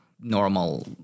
normal